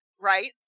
right